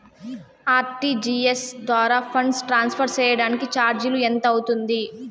RTGS ద్వారా funds transfer సేయడానికి చార్జీలు ఎంత అవుతుంది